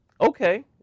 Okay